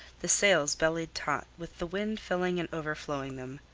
the sails bellied taut, with the wind filling and overflowing them.